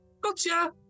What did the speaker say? Gotcha